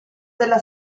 della